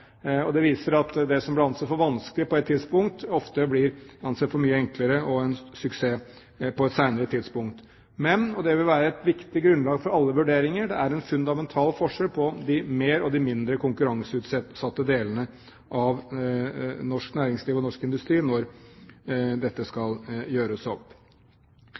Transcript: faren. Det viser at det som ble ansett for vanskelig på ett tidspunkt, ofte blir ansett for mye enklere og en suksess på et senere tidspunkt. Men – og det vil være et viktig grunnlag for alle vurderinger – det er en fundamental forskjell på de mer og de mindre konkurranseutsatte delene av norsk næringsliv, norsk industri, når dette skal gjøres opp.